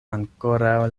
ankoraŭ